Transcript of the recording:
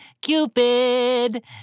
Cupid